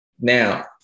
Now